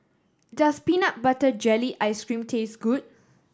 does peanut butter jelly ice cream taste good